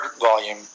volume